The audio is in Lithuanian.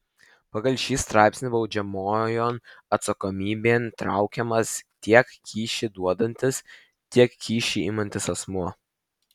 pagal šį straipsnį baudžiamojon atsakomybėn traukiamas tiek kyšį duodantis tiek kyšį imantis asmuo